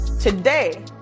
Today